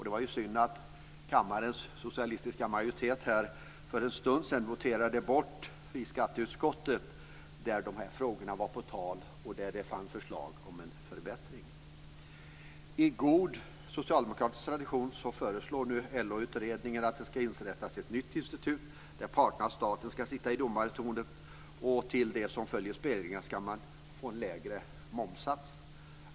Det var synd att kammarens socialistiska majoritet för en stund sedan voterade bort det förslag om förbättring som varit på tal i skatteutskottet. Enligt god socialdemokratisk tradition föreslår nu LO-utredningen att det ska inrättas ett nytt institut där parterna och staten ska sitta i domartornet. De som följer spelreglerna ska få en lägre momssats.